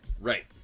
Right